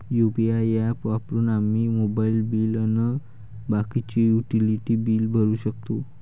UPI app वापरून आम्ही mobile bill अन बाकीचे युटिलिटी बिल भरू शकतो